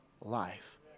life